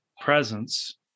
presence